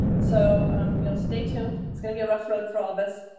so you know stay tuned. it's going to be a rough road for all of us.